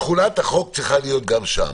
תחולת החוק צריכה להיות גם שם.